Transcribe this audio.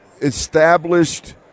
established